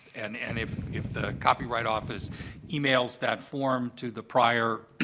and and if if the copyright office emails that form to the prior